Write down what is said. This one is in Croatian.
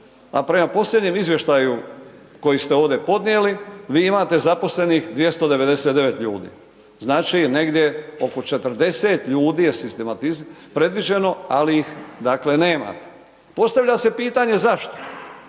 a prema posljednjem izvještaju koji ste ovdje podnijeli vi imate zaposlenih 299 ljudi, znači negdje oko 40 ljudi je .../Govornik se ne razumije./... predviđeno ali ih dakle nemate. Postavlja se pitanje zašto,